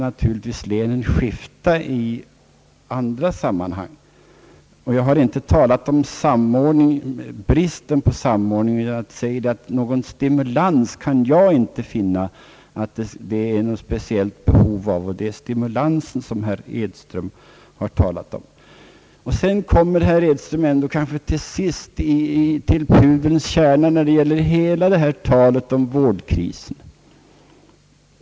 Naturligtvis kan det skifta i fråga om vissa frågors lösning från län till län. Jag har inte talat om bristen på samordning utan har sagt att jag inte har kunnat finna att det råder något speciellt behov av den stimulans som herr Edström talade om. Herr Edström kom i sitt anförande till slut till pudelns kärna i detta resonemang om vårdkrisen.